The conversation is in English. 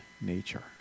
nature